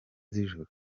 z’ijoro